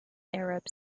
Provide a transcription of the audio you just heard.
arab